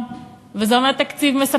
אבל זה אומר תקציב ביטחון,